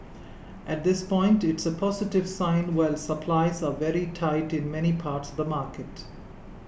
at this point it's a positive sign while supplies are very tight in many parts the market